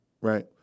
right